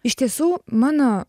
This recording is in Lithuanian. iš tiesų mano